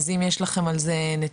אז אם יש לכם על זה נתונים,